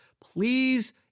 please